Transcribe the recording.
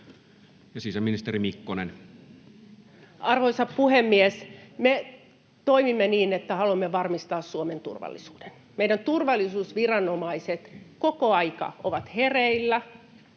Sisäministeri Mikkonen. Arvoisa puhemies! Me toimimme niin, että haluamme varmistaa Suomen turvallisuuden. Meidän turvallisuusviranomaiset ovat koko ajan hereillä.